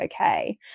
okay